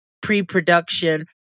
pre-production